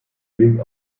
weg